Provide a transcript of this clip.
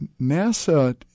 NASA